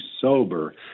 sober